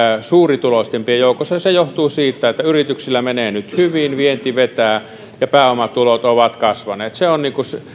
suurituloisimpien joukossa ja se johtuu siitä että yrityksillä menee nyt hyvin vienti vetää ja pääomatulot ovat kasvaneet se on